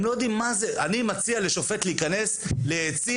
הם לא יודעים מה, אני מציע לשופט להיכנס ליציע